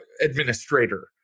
administrator